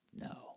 No